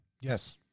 Yes